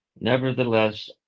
Nevertheless